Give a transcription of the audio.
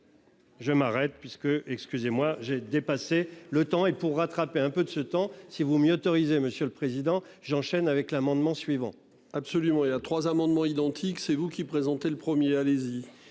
Je m'arrête puisque excusez-moi j'ai dépassé le temps. Et pour rattraper un peu de ce temps. Si vous m'y autorisez. Monsieur le Président, j'enchaîne avec l'amendement suivant. Absolument, il y a trois amendements identiques, c'est vous qui présentez, le premier, allez-y.